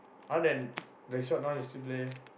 other than Blackshot now you still play